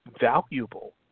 valuable